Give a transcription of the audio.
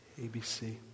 ABC